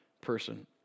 person